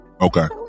okay